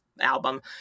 album